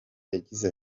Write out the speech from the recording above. yagize